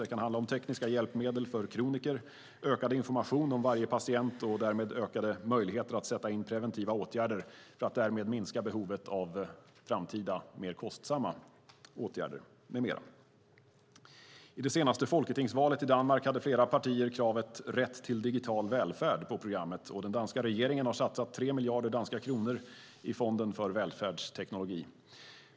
Det kan handla om tekniska hjälpmedel för kroniker och om ökad information om varje patient och därmed ökade möjligheter att sätta in preventiva åtgärder för att därmed minska behovet av framtida mer kostsamma åtgärder med mera. I senaste folketingsvalet i Danmark hade flera partier kravet om rätt till digital välfärd på programmet. Den danska regeringen har satsat 3 miljarder danska kronor i Fonden för välfärdsteknologi.